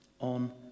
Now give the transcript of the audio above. on